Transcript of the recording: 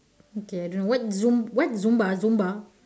okay I don't know what zum~ what zumba zumba